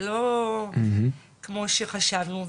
זה לא כמו שחשבנו.